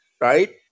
right